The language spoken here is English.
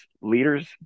leaders